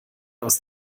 aus